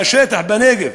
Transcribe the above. מהשטח בנגב.